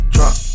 Drop